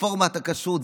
רפורמת הכשרות,